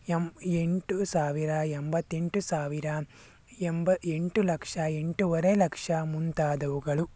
M ಎಂಟು ಸಾವಿರ ಎಂಬತ್ತೆಂಟು ಸಾವಿರ ಎಂಬ ಎಂಟು ಲಕ್ಷ ಎಂಟೂವರೆ ಲಕ್ಷ ಮುಂತಾದವುಗಳು